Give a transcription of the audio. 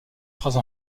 phrases